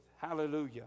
Hallelujah